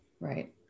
right